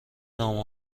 نامه